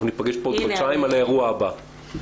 אנחנו ניפגש פה עוד חודשיים על האירוע הבא,